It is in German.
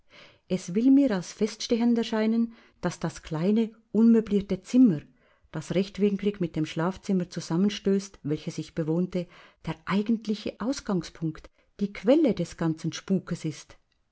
es will mir als feststehend erscheinen daß das kleine unmöblierte zimmer das rechtwinklig mit dem schlafzimmer zusammenstößt welches ich bewohnte der eigentliche ausgangspunkt die quelle des ganzen spukes ist